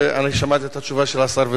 אני שמעתי את התשובה של השר,